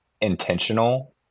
intentional